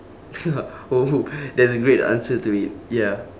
oh that's a great answer to it ya